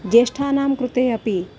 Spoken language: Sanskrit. ज्येष्ठानां कृते अपि